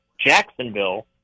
Jacksonville